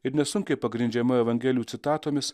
ir nesunkiai pagrindžiama evangelijų citatomis